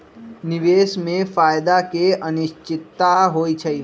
निवेश में फायदा के अनिश्चितता होइ छइ